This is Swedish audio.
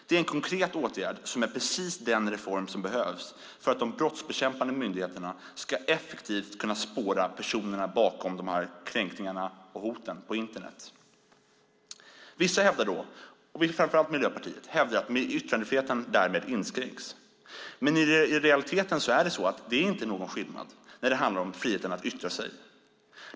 Det är en konkret åtgärd och precis den reform som behövs för att de brottsbekämpande myndigheterna effektivt ska kunna spåra personerna bakom kränkningarna och hoten på Internet. Vissa, framför allt Miljöpartiet, hävdar att yttrandefriheten därmed inskränks. I realiteten är det dock ingen skillnad när det handlar om friheten att yttra sig.